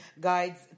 guides